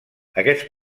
aquests